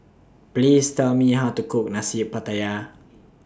Please Tell Me How to Cook Nasi Pattaya